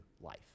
life